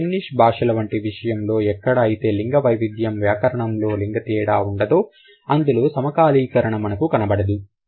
కానీ ఫిన్నిష్ భాషల లాంటి విషయంలో ఎక్కడ అయితే లింగ వైవిద్యం వ్యాకరణం లో లింగ తేడా ఉండదో అందులో సమకాలీకరణ మనకు కనపడదు